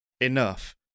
enough